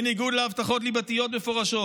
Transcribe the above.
בניגוד להבטחות ליבתיות מפורשות.